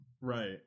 right